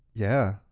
yeah.